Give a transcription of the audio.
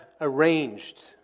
arranged